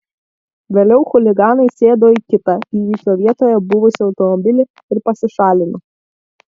vėliau chuliganai sėdo į kitą įvykio vietoje buvusį automobilį ir pasišalino